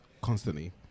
constantly